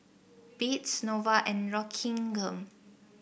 Beats Nova and Rockingham